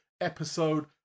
episode